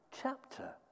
chapter